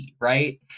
right